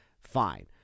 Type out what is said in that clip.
Fine